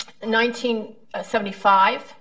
1975